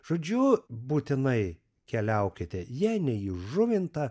žodžiu būtinai keliaukite jei ne į žuvintą